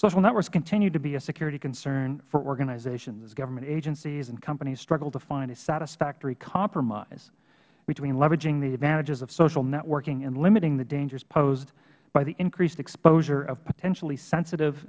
social networks continue to be a security concern for organizations as government agencies and companies struggle to find a satisfactory compromise between leveraging the advantage of social networking and limiting the dangers posed by the increased exposure of potentially sensitive